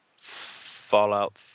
Fallout